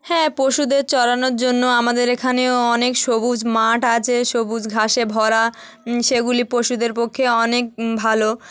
হ্যাঁ পশুদের চরানোর জন্য আমাদের এখানেও অনেক সবুজ মাঠ আছে সবুজ ঘাসে ভরা সেগুলি পশুদের পক্ষে অনেক ভালো